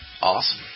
Awesome